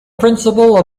principle